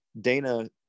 Dana